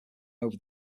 over